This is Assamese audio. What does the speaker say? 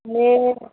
এ